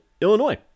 Illinois